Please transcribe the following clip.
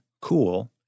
cool